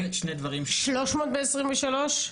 300 ב-2023?